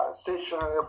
stationary